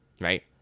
right